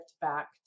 back